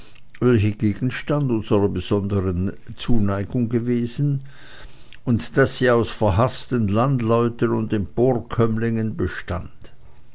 welche gegenstand unserer besonderen zuneigung gewesen und daß sie aus verhaßten landleuten und emporkömmlingen bestand